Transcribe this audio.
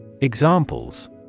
Examples